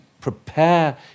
prepare